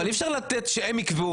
אבל אי אפשר לתת שהם יקבעו,